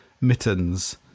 mittens